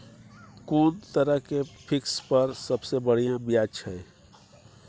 कोन तरह के फिक्स पर सबसे बढ़िया ब्याज छै?